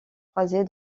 croiser